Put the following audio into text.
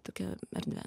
tokią erdvę